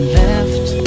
left